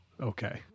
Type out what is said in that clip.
okay